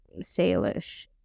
Salish